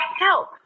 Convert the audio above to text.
help